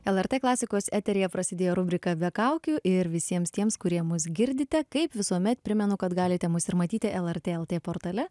lrt klasikos eteryje prasidėjo rubrika be kaukių ir visiems tiems kurie mus girdite kaip visuomet primenu kad galite mus ir matyti lrt portale